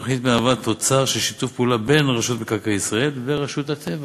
התוכנית היא תוצר של שיתוף פעולה בין רשות מקרקעי ישראל ורשות הטבע,